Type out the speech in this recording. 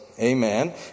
amen